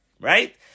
right